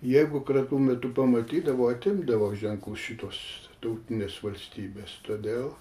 jeigu kratų metu pamatydavo atimdavo ženklus šituos tautinės valstybės todėl